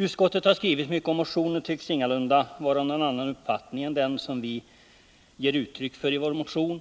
Utskottet har skrivit mycket om motionen och tycks ingalunda vara av någon annan uppfattning än den som vi motionärer ger uttryck för,